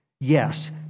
yes